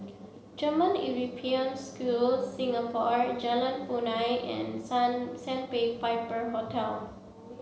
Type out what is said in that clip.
German European School Singapore Jalan Punai and Sandpiper Hotel